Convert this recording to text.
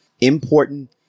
important